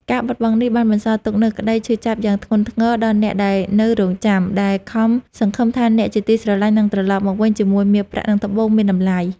ការបាត់បង់នេះបានបន្សល់ទុកនូវក្តីឈឺចាប់យ៉ាងធ្ងន់ធ្ងរដល់អ្នកដែលនៅរង់ចាំ ដែលខំសង្ឃឹមថាអ្នកជាទីស្រឡាញ់នឹងត្រលប់មកវិញជាមួយមាសប្រាក់ និងត្បូងមានតម្លៃ។